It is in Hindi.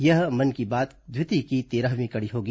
यह मन की बात द्वितीय की तेरहवीं कड़ी होगी